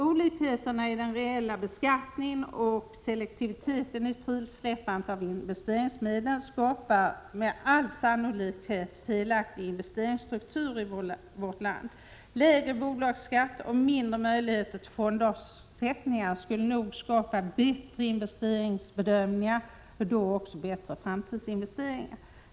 Olikheterna i den reella beskattningen tillsammans med selektiviteten i frisläppandet av investeringsmedlen skapar med all sannolikhet en felaktig investeringsstruktur i vårt land. Lägre bolagsskatt och mindre möjligheter till fondavsättningar skulle nog skapa bättre underlag för investeringsbedömningar och därmed bättre framtidsinvesteringar.